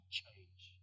change